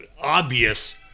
obvious